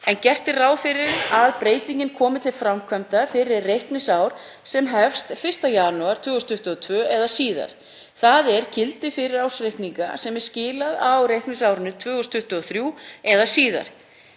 en gert er ráð fyrir að breytingin komi til framkvæmda fyrir reikningsár sem hefst 1. janúar 2022 eða síðar, þ.e. gildi fyrir ársreikninga sem skilað er á reikningsárinu 2023 eða síðar.